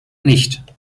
nicht